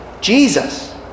Jesus